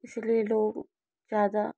इसी लिए लोग ज़्यादा